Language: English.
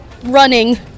running